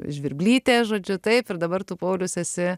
žvirblytė žodžiu taip ir dabar tu paulius s